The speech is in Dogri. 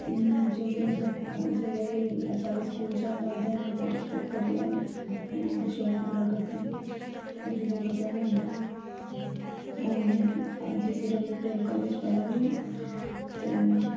जो कि मतलब जेल्लै बी साढे़ स्कूल च होंदा हा ते में पार्टिसिपेट करियै अपना शौंक पूरा करदी ही ओल्लै मजा बी आंदा हा हून मैं जीसीडब्ल्यू परेड कालेज पढ़ा दी आं